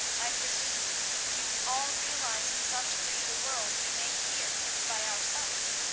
i presume you all realize in some degree the world we make here by ourselves.